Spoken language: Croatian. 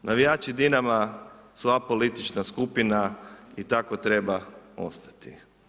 Navijači Dinama su apolitična skupina i tako treba ostati.